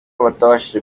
batabashije